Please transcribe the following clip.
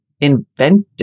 invented